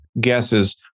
guesses